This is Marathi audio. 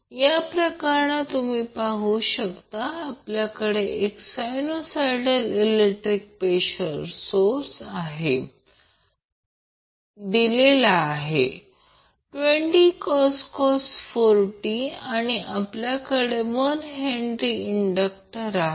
या प्रकरणात तुम्ही पाहू शकता आपल्याकडे एक सायनुसाईडल इलेक्ट्रिक प्रेषर सोर्स आहे किंवा दिलेला आहे 20cos 4t आणि आपल्याकडे1H इंडक्टर आहे